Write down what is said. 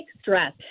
stress